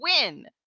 win